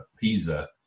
PISA